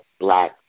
black